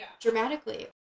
dramatically